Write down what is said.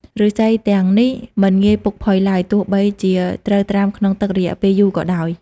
ឫស្សីទាំងនេះមិនងាយពុកផុយឡើយ ទោះបីជាត្រូវត្រាំក្នុងទឹករយៈពេលយូរក៏ដោយ។